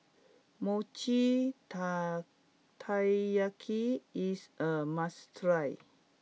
Mochi Ta Taiyaki is a must try